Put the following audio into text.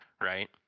right